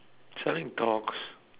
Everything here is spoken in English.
selling dogs